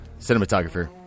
cinematographer